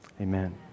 amen